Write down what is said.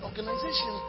Organization